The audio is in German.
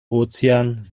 ozean